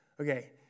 okay